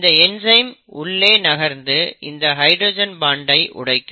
இந்த என்சைம் உள்ளே நகர்ந்து இந்த ஹைட்ரஜன் பான்ட் ஐ உடைக்கும்